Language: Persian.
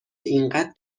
اینقد